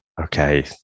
Okay